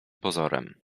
pozorem